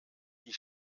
die